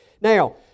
Now